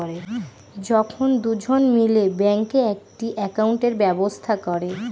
যখন দুজন মিলে ব্যাঙ্কে একটি একাউন্টের ব্যবস্থা করে